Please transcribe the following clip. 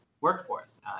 workforce